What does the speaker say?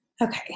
Okay